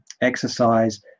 exercise